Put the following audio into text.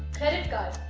credit card,